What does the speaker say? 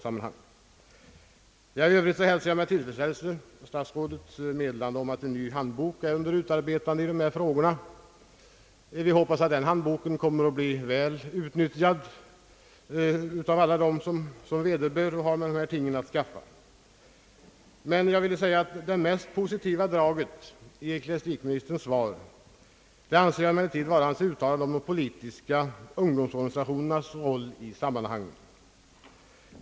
För övrigt hälsar jag med tillfredsställelse statsrådets meddelande att en ny handbok i dessa frågor är under utarbetande. Vi hoppas att den handboken kommer att bli väl utnyttjad av alla som har med dessa frågor att skaffa; Det mest positiva draget i ecklesiastikministerns svar anser jag emellertid vara hans uttalande om de politiska ungdomsorganisationernas roll i detta sammanhang.